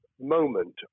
moment